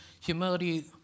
humility